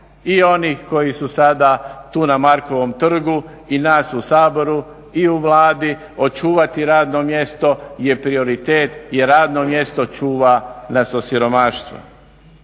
i onih koji su sada tu na Markovom trgu i nas u Saboru i u Vladi, očuvati radno mjesto je prioriteti i radno čuva nas od siromaštva.